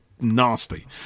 nasty